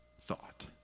thought